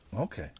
Okay